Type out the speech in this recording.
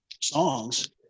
songs